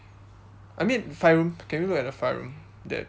I mean five room can we look at the five room there